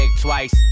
twice